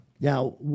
Now